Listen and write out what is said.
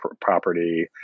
property